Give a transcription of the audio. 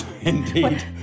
indeed